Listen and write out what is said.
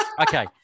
Okay